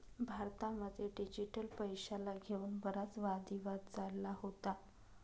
भारतामध्ये डिजिटल पैशाला घेऊन बराच वादी वाद चालला होता